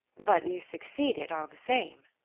but you succeeded all the same.